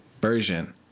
version